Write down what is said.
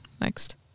next